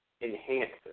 enhancer